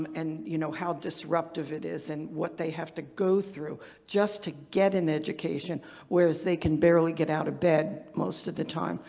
um and you know how disruptive it is and what they have to go through just to get an education whereas they can barely get out of bed most of the time.